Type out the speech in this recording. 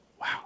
Wow